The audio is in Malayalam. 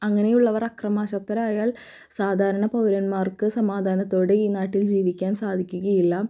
അങ്ങനെയുള്ളവർ അക്രമാസക്തരായാൽ സാധാരണ പൗരൻന്മാർക്ക് സമാധാനത്തോടെ ഈ നാട്ടിൽ ജീവിക്കാൻ സാധിക്കുകയില്ല